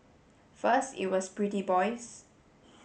first it was pretty boys